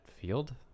field